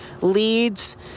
leads